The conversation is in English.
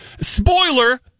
Spoiler